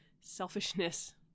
selfishness